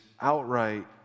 outright